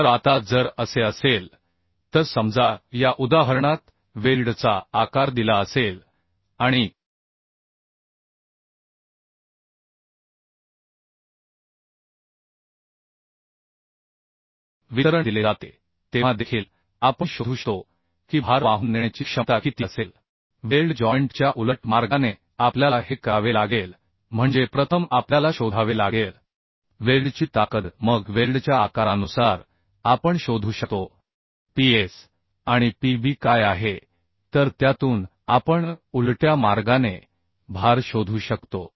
तर आता जर असे असेल तर समजा या उदाहरणात वेल्डचा आकार दिला असेल आणि वितरण दिले जाते तेव्हा देखील आपण शोधू शकतो की भार वाहून नेण्याची क्षमता किती असेल वेल्ड जॉइंट च्या उलट मार्गाने आपल्याला हे करावे लागेल म्हणजे प्रथम आपल्याला शोधावे लागेल वेल्डची ताकद मग वेल्डच्या आकारानुसार आपण शोधू शकतो Ps आणि Pb काय आहे तर त्यातून आपण उलट्या मार्गाने भार शोधू शकतो